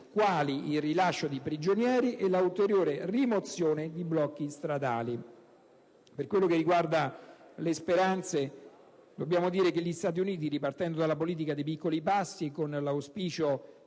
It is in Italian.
quali il rilascio di prigionieri e la ulteriore rimozione di blocchi stradali. Per quello che riguarda le speranze, dobbiamo dire che gli Stati Uniti - ripartendo dalla «politica dei piccoli passi», con l'auspicio